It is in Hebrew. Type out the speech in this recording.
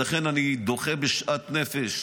לכן אני דוחה בשאט נפש